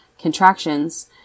contractions